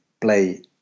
play